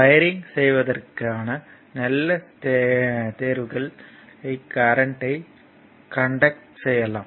wiring செய்வதற்கான நல்ல தேர்வுகள் ஐ கரண்ட்யை கண்டாக்ட் செய்யலாம்